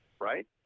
right